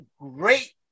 great